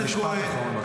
משפט אחרון, בבקשה.